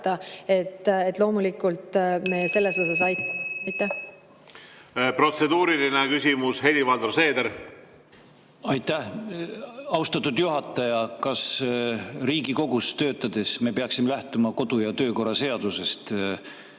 et loomulikult me selles osas aitame. Protseduuriline küsimus, Helir-Valdor Seeder. Aitäh! Austatud juhataja! Kas Riigikogus töötades me peaksime lähtuma kodu‑ ja töökorra seadusest või